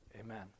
Amen